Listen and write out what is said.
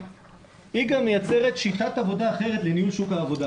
גם מייצרת שיטת עבודה אחרת לניהול שוק העבודה.